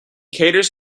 caters